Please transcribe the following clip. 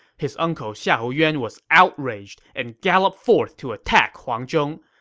his uncle xiahou yuan was outraged and galloped forth to attack huang zhong.